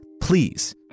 please